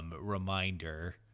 reminder